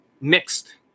mixed